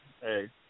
hey